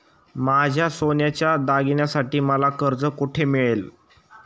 माझ्या सोन्याच्या दागिन्यांसाठी मला कर्ज कुठे मिळेल?